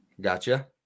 gotcha